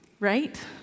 right